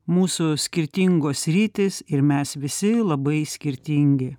mūsų skirtingos sritys ir mes visi labai skirtingi